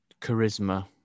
charisma